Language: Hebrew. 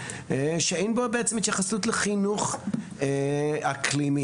שאין בו בעצם התייחסות לחינוך אקלימי.